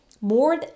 More